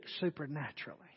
supernaturally